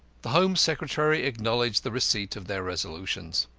the home secretary acknowledged the receipt of their resolutions.